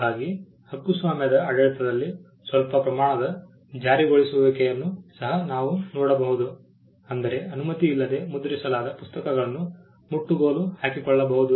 ಹಾಗಾಗಿ ಹಕ್ಕುಸ್ವಾಮ್ಯದ ಆಡಳಿತದಲ್ಲಿ ಸ್ವಲ್ಪ ಪ್ರಮಾಣದ ಜಾರಿಗೊಳಿಸುವಿಕೆಯನ್ನು ಸಹ ನಾವು ನೋಡಬಹುದು ಅಂದರೆ ಅನುಮತಿಯಿಲ್ಲದೆ ಮುದ್ರಿಸಲಾದ ಪುಸ್ತಕಗಳನ್ನು ಮುಟ್ಟುಗೋಲು ಹಾಕಿಕೊಳ್ಳಬಹುದು